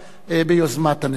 ביוזמת הנשיאות.